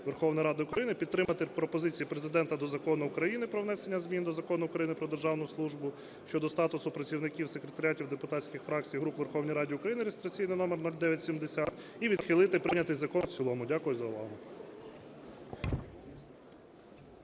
Верховної Ради України підтримати пропозиції Президента до Закону України "Про внесення змін до Закону України "Про державну службу" щодо статусу працівників секретаріатів депутатських фракцій (груп) у Верховній Раді України" (реєстраційний номер 0970) і відхилити прийнятий закон в цілому. Дякую за увагу.